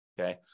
Okay